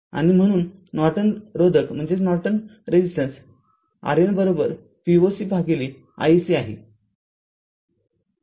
आणि म्हणून नॉर्टन रोधक RN V o c भागिले iSC आहे